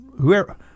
whoever